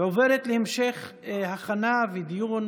התשפ"ב 2022,